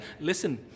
listen